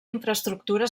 infraestructura